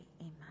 Amen